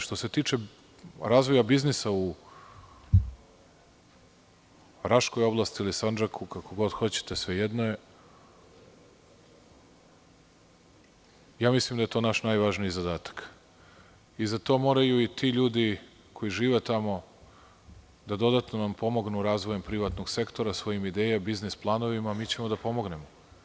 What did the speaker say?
Što se tiče razvoja biznisa u Raškoj oblasti, ili Sandžaku, kako god hoćete, svejedno je, mislim da je to naš najvažniji zadatak i za to moraju i ti ljudi koji žive tamo da dodatno vam pomognu razvojem privatnog sektora svojim idejama, biznis planovima, mi ćemo da pomognemo.